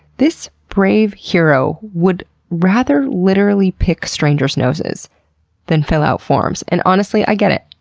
this brave hero would rather literally pick strangers' noses than fill out forms, and honestly, i get it.